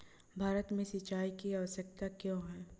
भारत में सिंचाई की आवश्यकता क्यों है?